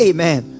Amen